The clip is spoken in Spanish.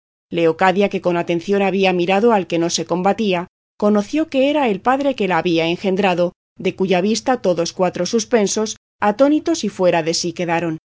suyo leocadia que con atención había mirado al que no se combatía conoció que era el padre que la había engendrado de cuya vista todos cuatro suspensos atónitos y fuera de sí quedaron